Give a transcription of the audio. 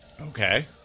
Okay